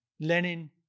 Lenin